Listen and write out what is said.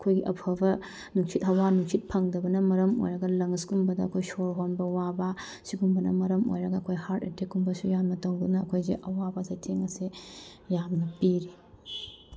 ꯑꯩꯈꯣꯏꯒꯤ ꯑꯐꯕ ꯅꯨꯡꯁꯤꯠ ꯍꯋꯥ ꯅꯨꯡꯁꯤꯠ ꯐꯪꯗꯕꯅ ꯃꯔꯝ ꯑꯣꯏꯔꯒ ꯂꯪꯁ ꯀꯨꯝꯕꯗ ꯑꯩꯈꯣꯏ ꯁꯣꯔ ꯍꯣꯟꯕ ꯋꯥꯕ ꯁꯤꯒꯨꯝꯕꯅ ꯃꯔꯝ ꯑꯣꯏꯔꯒ ꯁꯤꯒꯨꯝꯕꯅ ꯃꯔꯝ ꯑꯣꯏꯔꯒ ꯑꯩꯈꯣꯏ ꯍꯥꯔꯠ ꯑꯦꯇꯦꯛꯀꯨꯝꯕꯁꯨ ꯌꯥꯝꯅ ꯇꯧꯗꯨꯅ ꯑꯩꯈꯣꯏꯁꯦ ꯑꯋꯥꯕ ꯆꯩꯊꯦꯡ ꯑꯁꯦ ꯌꯥꯝꯅ ꯄꯤꯔꯤ